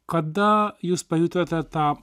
kada jūs pajutote tą